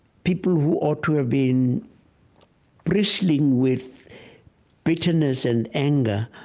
people who ought to have been bristling with bitterness and anger,